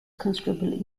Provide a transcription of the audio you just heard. considerable